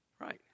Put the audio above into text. Right